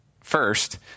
first